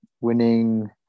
Winning